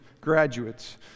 graduates